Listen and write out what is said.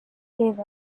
gave